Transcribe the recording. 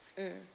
mm